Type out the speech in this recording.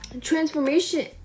transformation